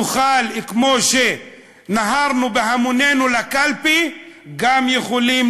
נוכל כמו שנהרנו בהמונינו לקלפי אנחנו גם יכולים